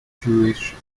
jewish